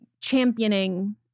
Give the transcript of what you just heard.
championing